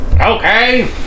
Okay